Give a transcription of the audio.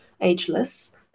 ageless